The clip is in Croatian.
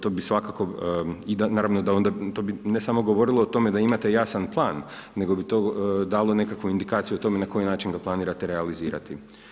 To bi svakako i naravno, to bi ne samo govorilo o tome da imate jasan plan nego bi to dalo nekakvu indikaciju o tome na koji način ga planirate realizirati.